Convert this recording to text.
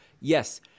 yes